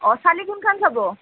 অঁ চালে কোনখান চাব